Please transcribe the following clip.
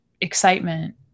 excitement